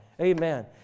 Amen